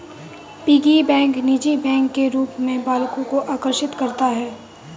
piggy bank निजी bank के रूप में बालकों को आकर्षित करता है